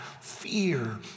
Fear